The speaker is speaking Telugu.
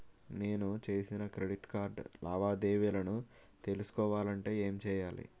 నేను చేసిన క్రెడిట్ కార్డ్ లావాదేవీలను తెలుసుకోవాలంటే ఏం చేయాలి?